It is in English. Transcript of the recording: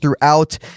throughout